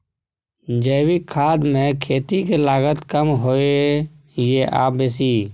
जैविक खाद मे खेती के लागत कम होय ये आ बेसी?